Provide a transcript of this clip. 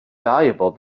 valuable